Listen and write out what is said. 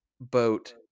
boat